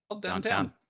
Downtown